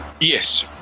Yes